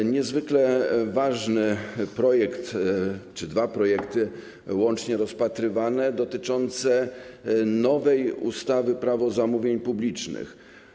To niezwykle ważny projekt czy dwa projekty łącznie rozpatrywane dotyczące nowej ustawy Prawo zamówień publicznych.